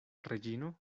reĝino